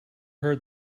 heard